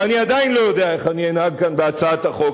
ואני עדיין לא יודע איך אני אנהג כאן בהצעת החוק,